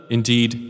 Indeed